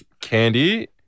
Candy